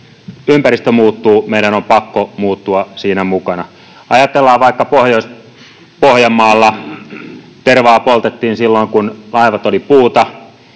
Ympäristö muuttuu, meidän on pakko muuttua siinä mukana. Jos ajatellaan vaikka sitä, kun Pohjois-Pohjanmaalla tervaa poltettiin silloin, kun laivat oli puuta,